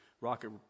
rocket